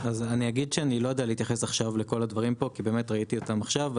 אני לא יודע להתייחס עכשיו לכל הדברים פה כי ראיתי אותם רק עכשיו.